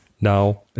now